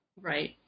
Right